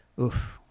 Oof